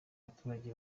abaturage